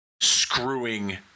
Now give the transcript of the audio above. screwing